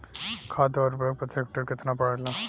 खाध व उर्वरक प्रति हेक्टेयर केतना पड़ेला?